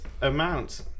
amount